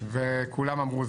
כולם אמרו,